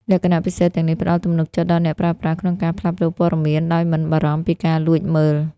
លក្ខណៈពិសេសទាំងនេះផ្តល់ទំនុកចិត្តដល់អ្នកប្រើប្រាស់ក្នុងការផ្លាស់ប្តូរព័ត៌មានដោយមិនបារម្ភពីការលួចមើល។